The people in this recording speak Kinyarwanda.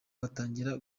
batangira